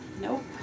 Nope